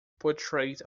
portrait